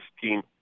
team